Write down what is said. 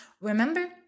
Remember